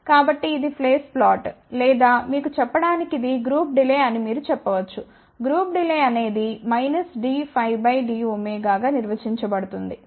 కాబట్టి ఇది phase plot లేదా మీకు చెప్పడానికి ఇది గ్రూప్ డిలే అని మీరు చెప్పవచ్చు గ్రూప్ డిలే అనేది dϕdω గా నిర్వచించబడుతుంది సరే